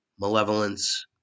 malevolence